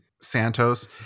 santos